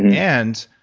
and,